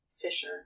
Fisher